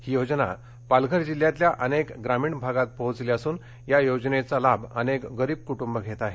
ही योजना पालघर जिल्ह्यातल्या अनेक ग्रामीण भागांत पोहोचली असून या योजनेचा लाभ अनेक गरीब कूटूंबं घेत आहेत